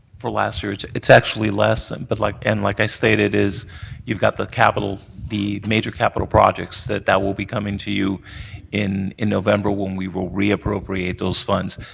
for last year, it's actually less, and but like and like i stated is you've got the capital the major capital projects that that will be coming to you in in november when we will reappropriate those funds,